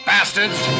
Bastards